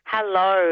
Hello